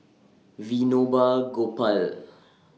Vinoba Gopal